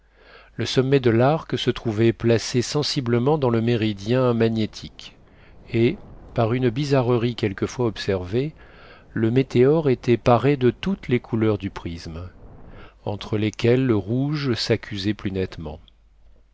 le sommet de l'arc se trouvait placé sensiblement dans le méridien magnétique et par une bizarrerie quelquefois observée le météore était paré de toutes les couleurs du prisme entre lesquelles le rouge s'accusait plus nettement